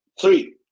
three